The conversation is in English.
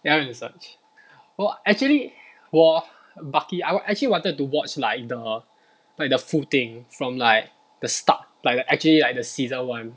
ya I went to search oh actually 我 bucky I actually wanted to watch like the like the full thing from like the start like the actually like the season one